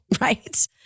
right